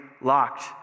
locked